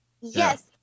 Yes